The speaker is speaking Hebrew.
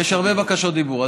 יש הרבה בקשות דיבור,